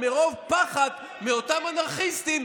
מרוב פחד מאותם אנרכיסטים,